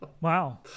Wow